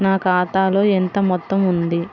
నా ఖాతాలో ఎంత మొత్తం ఉంది?